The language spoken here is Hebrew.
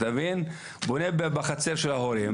בונה בחצר של ההורים,